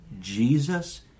Jesus